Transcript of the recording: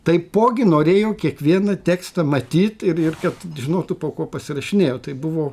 taipogi norėjo kiekvieną tekstą matyt ir ir kad žinotų po ko pasirašinėjo tai buvo